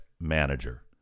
manager